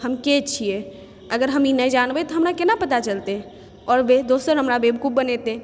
हम के छियै अगर हम ई नहि जानबै तऽ हमरा ई कोना पता चलतै आओर दोसर हमरा बेवकूफ बनेतै